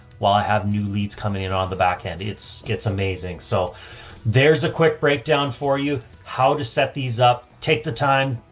while i have new leads coming in on the back end, it's, it's amazing. so there's a quick breakdown for you how to set these up. take the time,